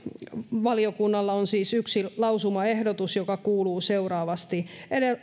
valiokunnalla on siis yksi lausumaehdotus joka kuuluu seuraavasti